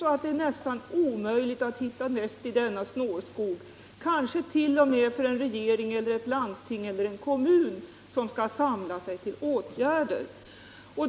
Det är nästan omöjligt att hitta rätt i denna snårskog, kanske t.o.m. för en regering, ett landsting eller en kommun, som skall samla sig till åtgärder.